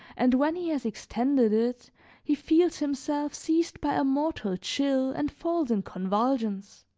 and when he has extended it he feels himself seized by a mortal chill and falls in convulsions.